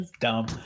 dumb